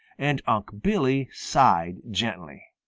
and unc' billy sighed gently.